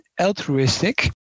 altruistic